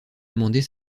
amender